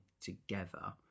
together